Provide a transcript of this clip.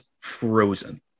frozen